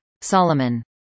Solomon